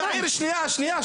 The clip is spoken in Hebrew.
שניה,